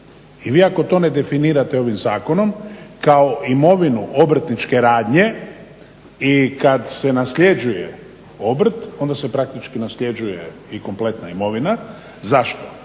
i vi ako to ne definirate ovim zakonom kao imovinu obrtničke radnje i kada se nasljeđuje obrt onda se praktički nasljeđuje i kompletna imovina. Zašto?